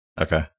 Okay